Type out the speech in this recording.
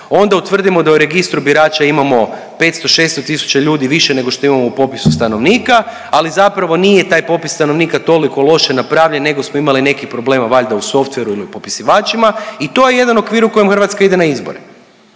onda utvrdimo da u registru birača imamo 500, 600.000 ljudi više nego što imamo u popisu stanovnika, ali zapravo nije taj popis stanovnika toliko loše napravljen nego smo imali nekih problema valjda u softveru ili u popisivačima i to je jedan okvir u kojem Hrvatska ide na izbore.